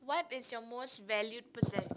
what is your most valued person